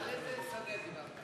על איזה שדה מדובר?